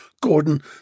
Gordon